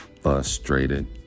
frustrated